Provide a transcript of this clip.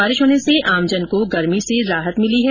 बारिश होने से आमजन को गर्मी से राहत मिली है